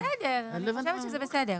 אני חושבת שזה בסדר.